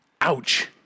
ouch